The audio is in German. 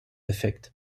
effekt